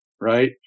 right